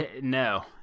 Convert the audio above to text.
No